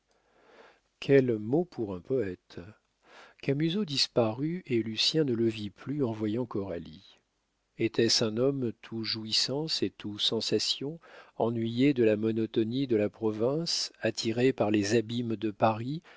quel mot pour un poète camusot disparut et lucien ne le vit plus en voyant coralie était-ce un homme tout jouissance et tout sensation ennuyé de la monotonie de la province attiré par les abîmes de paris